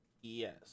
Yes